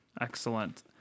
Excellent